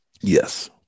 Yes